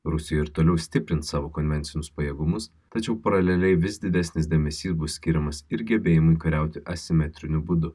rusija ir toliau stiprins savo konvencinius pajėgumus tačiau paraleliai vis didesnis dėmesys bus skiriamas ir gebėjimui kariauti asimetriniu būdu